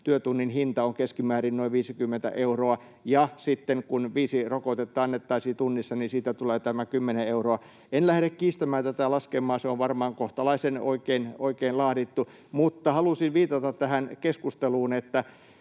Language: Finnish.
työtunnin hinta on keskimäärin noin 50 euroa, ja sitten kun viisi rokotetta annettaisiin tunnissa, niin siitä tulee tämä 10 euroa. En lähde kiistämään tätä laskelmaa, se on varmaan kohtalaisen oikein laadittu, mutta halusin viitata tähän keskusteluun, että